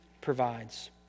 provides